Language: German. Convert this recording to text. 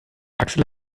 axel